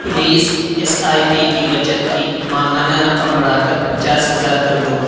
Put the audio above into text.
please S I P کی بچت کی ماہانہ رقم بڑھا کر پچاس ہزار کر دو